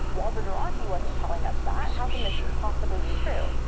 walter deranty wasn't telling us that. how can this possibly be true?